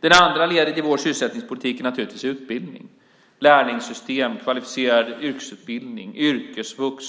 Det andra ledet i vår sysselsättningspolitik är utbildning i form av lärlingssystem, kvalificerad yrkesutbildning, yrkesvux,